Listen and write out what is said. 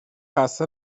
خسته